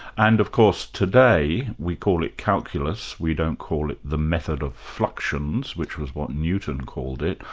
and of course today, we call it calculus, we don't call it the method of fluxions, which was what newton called it.